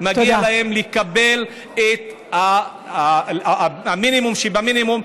ומגיע להם לקבל את המינימום שבמינימום,